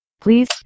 please